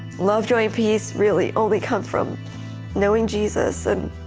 love, joy, peace really only come from knowing jesus. and,